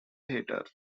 theatre